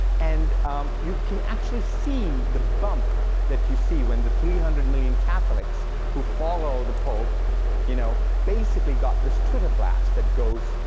and um you can actually see the bump that you see when the three hundred million catholics who follow the pope you know basically got this twitter blast that goes,